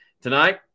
Tonight